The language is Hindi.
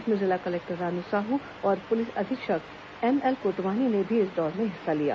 इसमें जिला कलेक्टर रानू साहू और पुलिस अधीक्षक एमएल कोटवानी ने भी इस दौड़ में हिस्सा लिया